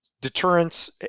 deterrence